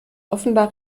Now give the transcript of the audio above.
offenbar